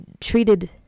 treated